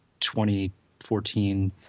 2014